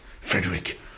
Frederick